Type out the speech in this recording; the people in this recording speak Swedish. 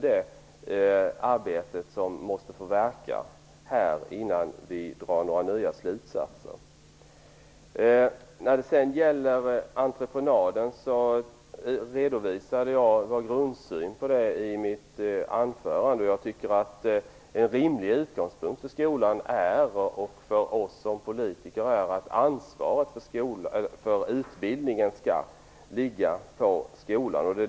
Den gruppen måste nu få verka, innan vi drar några nya slutsatser. Vår grundsyn på entreprenader redovisade jag i mitt huvudanförande. Jag tycker att en rimlig utgångspunkt för skolan och för oss som politiker är att ansvaret för utbildningen skall ligga på skolan.